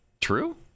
true